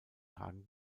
tagen